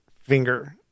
finger